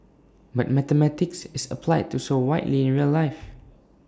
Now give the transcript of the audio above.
but mathematics is applied so widely in real life